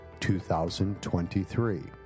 2023